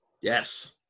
Yes